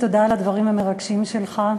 תודה על הדברים המרגשים שלך.